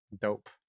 dope